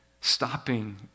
stopping